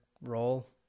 role